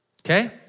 Okay